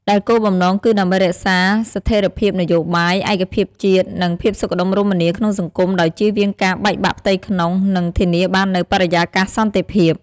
ដែលគោលបំណងគឺដើម្បីរក្សា ស្ថេរភាពនយោបាយ ឯកភាពជាតិ និងភាពសុខដុមរមនាក្នុងសង្គម ដោយជៀសវាងការបែកបាក់ផ្ទៃក្នុង និងធានាបាននូវបរិយាកាសសន្តិភាព។